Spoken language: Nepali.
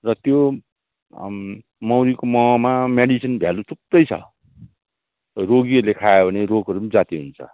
र त्यो मौरीको महमा मेडिसन भ्यालु थुप्रै छ रोगीहरूले खायो भने रोगहरू पनि जाती हुन्छ